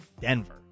Denver